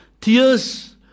tears